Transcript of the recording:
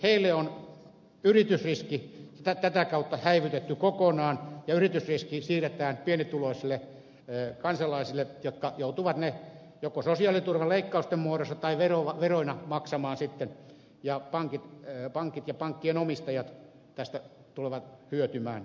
heiltä on yritysriski tätä kautta häivytetty kokonaan ja yritysriski siirretään pienituloisille kansalaisille jotka joutuvat sen joko sosiaaliturvan leikkausten muodossa tai veroina sitten maksamaan ja pankit ja pankkien omistajat tästä tulevat hyötymään